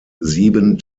sieben